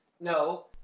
No